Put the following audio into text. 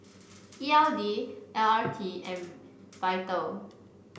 E L D L R T and Vital